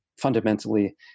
fundamentally